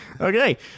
Okay